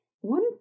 One